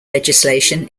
legislation